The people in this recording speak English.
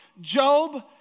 Job